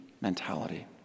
mentality